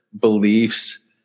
beliefs